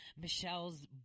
Michelle's